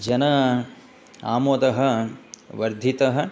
जनानाम् आमोदः वर्धितः